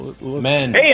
Men